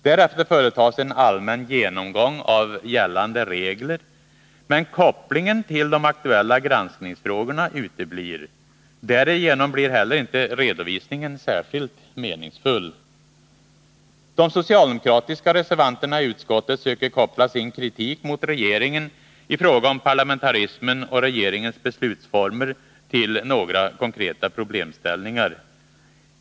Därefter företas en allmän genomgång av gällande regler. Men kopplingen till de aktuella granskningsfrågorna uteblir. Därigenom blir heller inte redovisningen särskilt meningsfull. De socialdemokratiska reservanterna i utskottet söker koppla sin kritik mot regeringen i fråga om parlamentarismen och regeringens beslutsformer till några konkreta problemställningar.